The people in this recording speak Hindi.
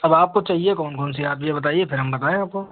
अब आपको चाहिए कौन कौन सी आप यह बताइए फिर हम बताएँ आपको